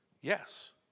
Yes